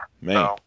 Man